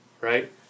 right